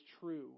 true